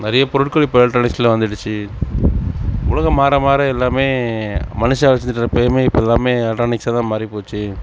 நிறைய பொருட்கள் இப்போ எலக்ட்ரானிக்ஸில் வந்துடுச்சு உலகம் மாற மாற எல்லாமே மனுஷ வெச்சிட்டிருக்கற இப்போ எல்லாமே எலக்ட்ரானிக்ஸாக தான் மாறிப்போச்சு